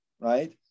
right